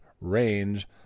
range